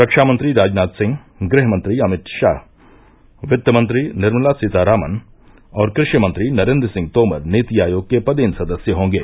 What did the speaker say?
रक्षा मंत्री राजनाथ सिंह गृहमंत्री अमित शाह वित्त मंत्री निर्मला सीतारामन और क्रपि मंत्री नरेन्द्र सिंह तोमर नीति आयोग के पदेन सदस्य होंगे